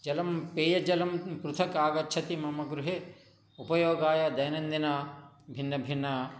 जलं पेयजलं पृथक् आगच्छति मम गृहे उपयोगाय दैनन्दिनं भिन्नभिन्नम्